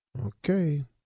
Okay